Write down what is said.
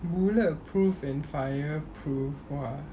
bullet proof and fire proof !wah!